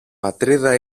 πατρίδα